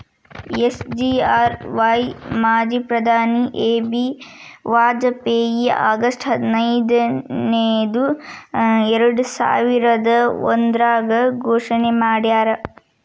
SGRY ಮಾಜಿ ಪ್ರಧಾನಿ A B Vajpayee August ಹದಿನೈದು ಎರ್ಡಸಾವಿರದ ಒಂದ್ರಾಗ ಘೋಷಣೆ ಮಾಡ್ಯಾರ